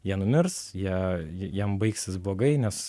jie numirs jie jiem baigsis blogai nes